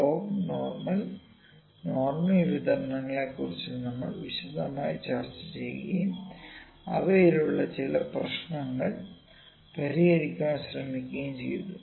log normal normal വിതരണത്തെക്കുറിച്ച് നമ്മൾ വിശദമായി ചർച്ച ചെയ്യുകയും അവയിലുള്ള ചില പ്രശ്നങ്ങൾ പരിഹരിക്കാൻ ശ്രമിക്കുകയും ചെയ്തു